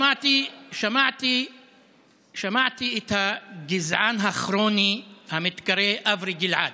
שמעתי את הגזען הכרוני המתקרא אברי גלעד.